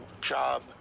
job